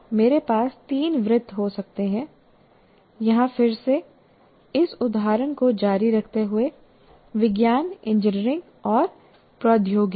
मेरे पास तीन वृत्त हो सकते हैं यहाँ फिर से इस उदाहरण को जारी रखते हुए विज्ञान इंजीनियरिंग और प्रौद्योगिकी